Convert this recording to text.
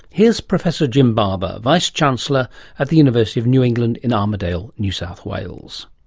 here's professor jim barber, vice chancellor at the university of new england in armidale, new south wales.